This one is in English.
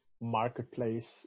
marketplace